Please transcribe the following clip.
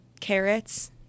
Carrots